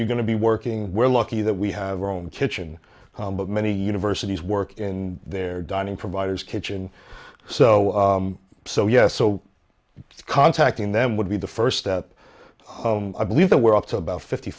you going to be working we're lucky that we have our own kitchen but many universities work in their dining providers kitchen so so yes so contacting them would be the first step i believe that we're up to about fifty